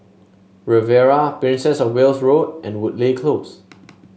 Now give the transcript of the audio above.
Riviera Princess Of Wales Road and Woodleigh Close